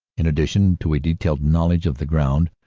in addition to a detailed knowledge of the ground,